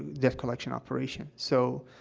debt collection operation. so,